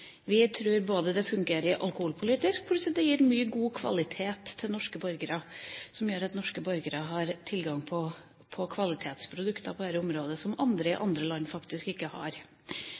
det fungerer alkoholpolitisk, pluss at det gir mye god kvalitet til norske borgere. Det gjør at norske borgere har tilgang til kvalitetsprodukter på dette området som borgere i andre land faktisk ikke har.